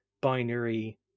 binary